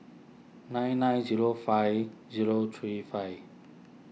nine nine zero five zero three five